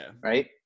right